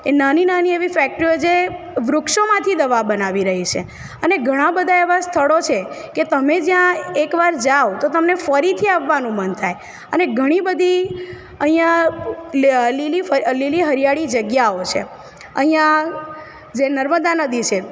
એ નાની નાની એવી ફેક્ટરીઓ જે વૃક્ષોમાંથી દવા બનાવી રહી છે અને ઘણાં બધાં એવાં સ્થળો છે કે તમે જ્યાં એક વાર જાઓ તો તમને ફરીથી આવવાનું મન થાય અને ઘણી બધી અહિયાં લીલી લીલી હરિયાળી જગ્યાઓ છે અહિયાં જે નર્મદા નદી છે